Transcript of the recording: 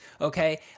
okay